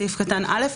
סעיף קטן (א),